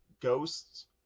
ghosts